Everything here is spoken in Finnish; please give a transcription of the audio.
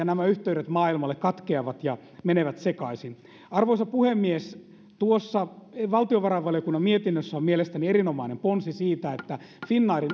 nämä yhteydet maailmalle katkeavat ja menevät sekaisin arvoisa puhemies tuossa valtiovarainvaliokunnan mietinnössä on mielestäni erinomainen ponsi siitä että finnairin